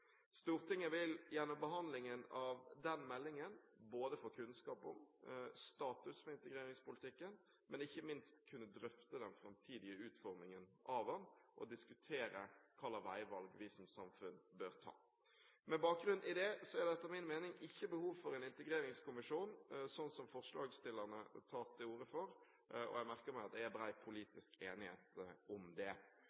Stortinget vil gjennom behandlingen av denne meldingen få kunnskap om status for integreringspolitikken, men ikke minst kunne drøfte den framtidige utformingen av den og diskutere hva slags veivalg vi som samfunn bør ta. Med bakgrunn i dette er det etter min mening ikke behov for en integreringskommisjon som forslagsstillerne tar til orde for. Jeg merker meg at det er